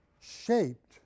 shaped